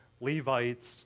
Levites